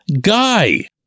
guy